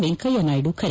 ವೆಂಕಯ್ಲನಾಯ್ಡು ಕರೆ